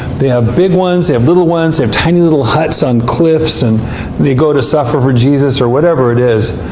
they have big ones, they have little ones, they have tiny little huts on cliffs. and they go to suffer for jesus, or whatever it is,